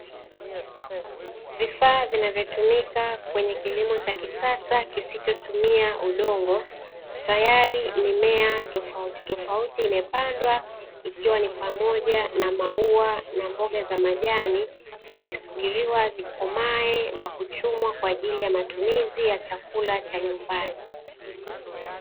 Vifaa vinavyotumika kwenye kilimo cha kisasa kisichotumia udongo, tayari mimea tofautitofauti imepandwa, ikiwa ni pamoja na maua na mboga za majani, zikisubiriwa zikomae na kuchumwa kwa ajili ya matumizi ya chakula cha nyumbani.